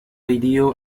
radio